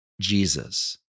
Jesus